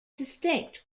distinct